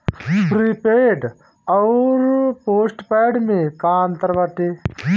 Prepaid अउर postpaid में का अंतर बाटे?